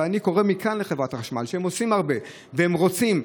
אני קורא מכאן לחברת החשמל, שעושים הרבה, ורוצים,